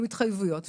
עם התחייבויות,